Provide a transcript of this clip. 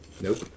Nope